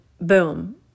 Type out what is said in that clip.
boom